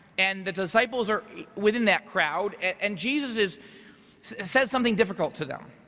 and the disciples are within that crowd. and jesus says something difficult to them.